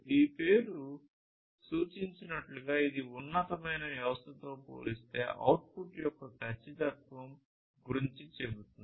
ఈ పేరు సూచించినట్లుగా ఇది ఉన్నతమైన వ్యవస్థతో పోలిస్తే అవుట్పుట్ యొక్క ఖచ్చితత్వం గురించి చెబుతుంది